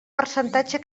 percentatge